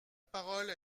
parole